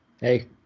hey